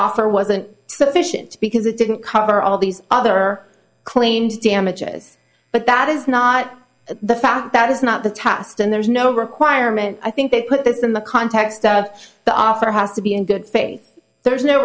offer wasn't sufficient because it didn't cover all these other claims damages but that is not the fact that is not the task and there is no requirement i think they put this in the context of the offer has to be in good faith there is no